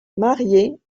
mariée